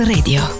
Radio